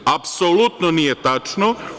Apsolutno nije tačno.